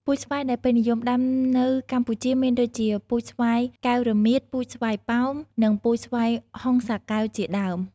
ពូជស្វាយដែលពេញនិយមដាំនៅកម្ពុជាមានដូចជា ពូជស្វាយកែវរមៀត ពូជស្វាយប៉ោម និងពូជស្វាយហុងសាកែវ ជាដើម។